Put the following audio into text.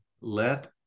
let